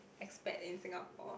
expat in Singapore